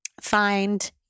find